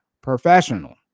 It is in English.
professional